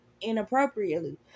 inappropriately